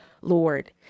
Lord